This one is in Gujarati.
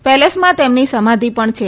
પેલેસમાંતેમની સમાધિ પણ છે